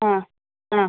ஆ ஆ